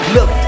Look